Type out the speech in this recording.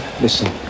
Listen